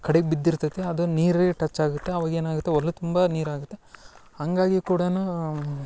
ಕಡೆಗೆ ಬಿದ್ದಿರ್ತೈತಿ ಅದು ನೀರಿಗೆ ಟಚ್ಚಾಗತ್ತೆ ಅವಾಗ ಏನಾಗುತ್ತೆ ಹೊಲ ತುಂಬ ನೀರಾಗುತ್ತೆ ಹಾಗಾಗಿ ಕೂಡ